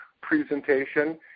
presentation